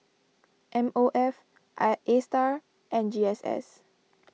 M O F I Astar and G S S